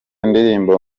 ndirimbo